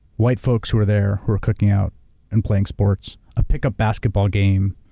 white folks who are there who are cooking out and playing sports, a pick-up basketball game,